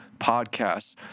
podcasts